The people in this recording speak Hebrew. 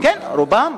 כן, רובם.